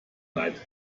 leid